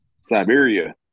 Siberia